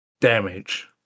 damage